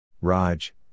Raj